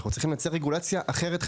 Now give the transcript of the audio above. אנחנו צריכים לייצר רגולציה אחרת,